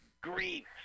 grief